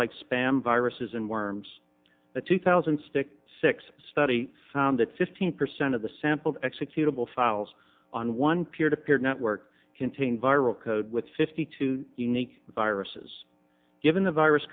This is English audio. like spam viruses and worms the two thousand stick six study that fifteen percent of the sampled executable files on one peer to peer network contain viral code with fifty two unique viruses given the virus